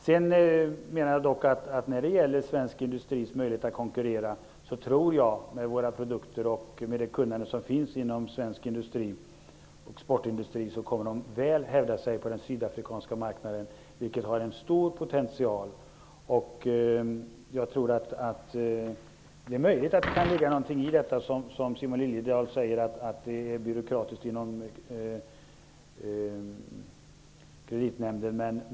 Jag menar dock att svensk exportindustri med sina produkter och sitt kunnande kommer att hävda sig väl i konkurrensen på den sydafrikanska marknaden, vilken har en stor potential. Det är möjligt att det kan ligga någonting i det som Simon Liliedahl säger, att det är byråkratiskt inom kreditnämnden.